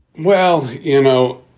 well, you know,